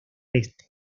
este